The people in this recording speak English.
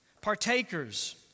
partakers